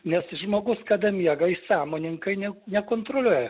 nes žmogus kada miega jis sąmoningai nekontroliuoja